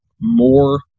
more